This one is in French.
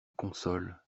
console